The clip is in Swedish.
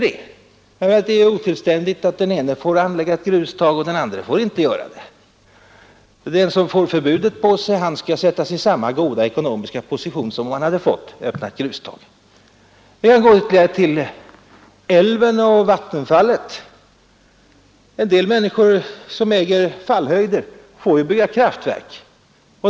Det är otillständigt att den ene får anlägga grustag men inte den andre. Den som får förbud på sig skall försättas i samma goda ekonomiska position som om han hade fått öppna grustag. Jag kan övergå till älvarna och vattenfallen. En del företag som äger fallhöjder får bygga kraftverk.